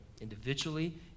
individually